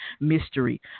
mystery